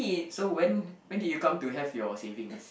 so when when did you come to have your savings